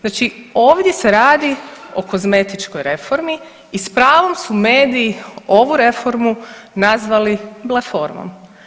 Znači ovdje se radi o kozmetičkoj reformi i s pravom su mediji ovu reformu nazvali bleformom.